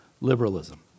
liberalism